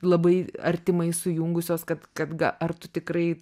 labai artimai sujungusios kad kad ga ar tu tikrai